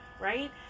right